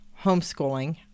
homeschooling